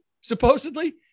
supposedly